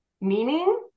meaning